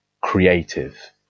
creative